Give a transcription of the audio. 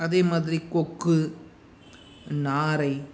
அதேமாதிரி கொக்கு நாரை